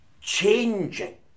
changing